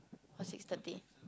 or six thirty